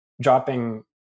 dropping